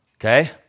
Okay